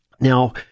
Now